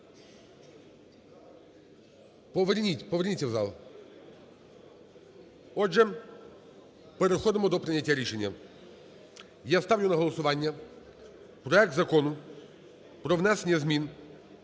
Поверніться в зал. Отже, переходимо до прийняття рішення. Я ставлю на голосування проект Закону про внесення змін